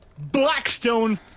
Blackstone